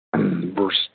verse